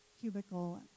cubicle